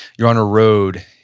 you're on a road,